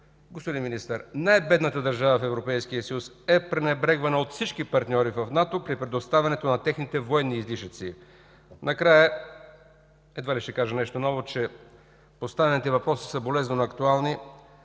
господин Министър, най-бедната държава в Европейския съюз е пренебрегвана от всички партньори в НАТО при предоставянето на техните военни излишъци? Накрая, едва ли ще кажа нещо ново, че поставените въпроси са болезнено актуални,